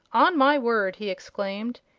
on my word, he exclaimed,